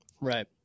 Right